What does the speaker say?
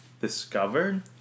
Discovered